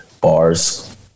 bars